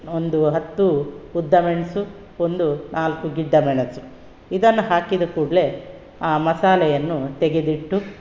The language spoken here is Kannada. ಒಂದು ಹತ್ತು ಉದ್ದ ಮೆಣಸು ಒಂದು ನಾಲ್ಕು ಗಿಡ್ಡ ಮೆಣಸು ಇದನ್ನ ಹಾಕಿದ ಕೂಡಲೆ ಆ ಮಸಾಲೆಯನ್ನು ತೆಗೆದಿಟ್ಟು